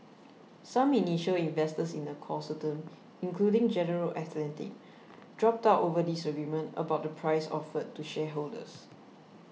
some initial investors in the consortium including General Atlantic dropped out over disagreement about the price offered to shareholders